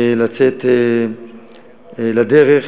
לצאת לדרך,